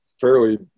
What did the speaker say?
fairly